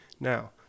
now